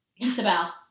Isabel